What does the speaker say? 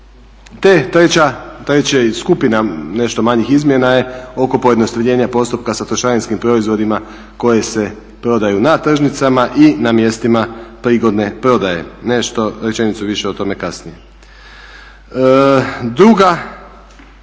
Te treća skupina nešto manjih izmjena je oko pojednostavljenja postupka sa trošarinskim proizvodima koje se prodaju na tržnicama i na mjestima prigodne prodaje, nešto rečenicu više o tome kasnije. Druga